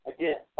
Again